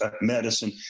medicine